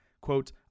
quote